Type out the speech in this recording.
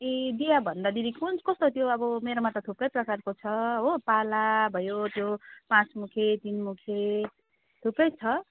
ए दिया भन्दा दिदी कुन कस्तो त्यो अब मेरोमा त थुप्रै प्रकारको छ हो पाला भयो त्यो पाँच मुखे तिन मुखे थुप्रै छ